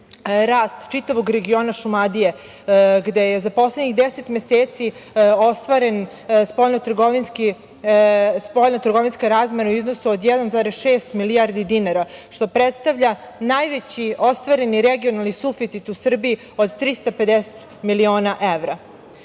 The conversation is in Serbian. rast čitavog regiona Šumadije, gde je za poslednjih 10 meseci ostvarena spoljno trgovinska razmena u iznosu od 1,6 milijardi dinara, što predstavlja najveći ostvareni regionalni suficit u Srbiji od 350 miliona evra